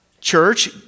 church